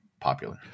popular